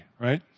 right